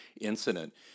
incident